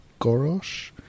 Gorosh